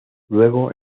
luego